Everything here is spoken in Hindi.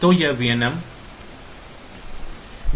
तो यह विनिमय अंक है